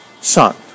son